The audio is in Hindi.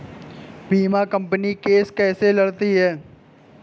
बीमा कंपनी केस कैसे लड़ती है?